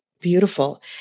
beautiful